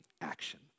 action